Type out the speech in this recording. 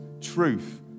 truth